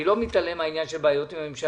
אני לא מתעלם מהעניין של הבעיות עם הממשלה,